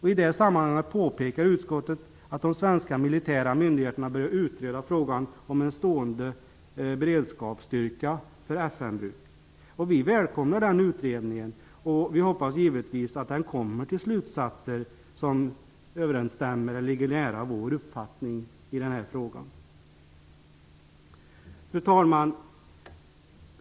I det sammanhanget påpekar utskottet att de svenska militära myndigheterna har börjat utreda frågan om en stående beredskapsstyrka för FN-bruk. Vänsterpartiet välkomnar den utredningen, och vi hoppas givetvis att den kommer till slutsatser som överensstämmer med eller ligger nära vår uppfattning i den här frågan. Fru talman!